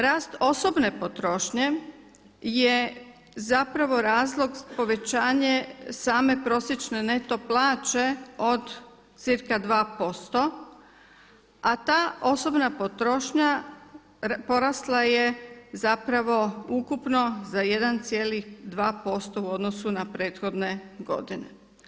Rast osobne potrošnje je zapravo razlog povećanje same prosječne neto plaće od cca 2% a ta osobna potrošnja porasla je zapravo ukupno za 1,2% u odnosu na prethodne godine.